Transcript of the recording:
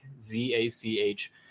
Z-A-C-H